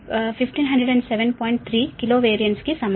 3 kilo VAR కి సమానం